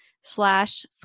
slash